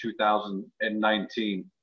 2019